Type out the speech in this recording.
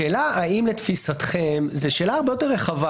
השאלה האם לתפיסתכם זו שאלה הרבה יותר רחבה